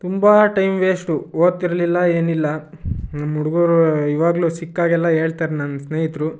ತುಂಬ time waste ಓದ್ತಿರಲಿಲ್ಲ ಏನೂ ಇಲ್ಲ ನಮ್ಮ ಹುಡುಗರು ಇವಾಗಲೂ ಸಿಕ್ಕಾಗೆಲ್ಲ ಹೇಳ್ತಾರ್ ನನ್ನ ಸ್ನೇಹಿತರು